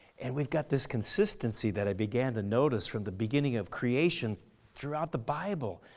and we've got this consistency that i began to notice from the beginning of creation throughout the bible.